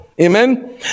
Amen